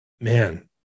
man